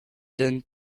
donne